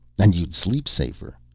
and you'd sleep safer.